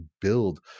build